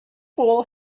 pull